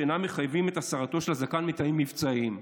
שאינם מחייבים את הסרתו של הזקן מטעמים מבצעיים".